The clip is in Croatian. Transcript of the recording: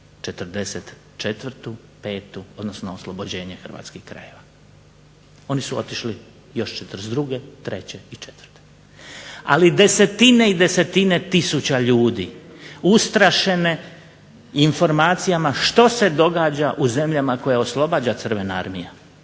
'44., '45. odnosno oslobođenje hrvatskih krajeva. Oni su otišli još '42., '43. i '44., ali desetine i desetine tisuća ljudi ustrašene informacijama što se događa u zemljama koje oslobađa Crvena armija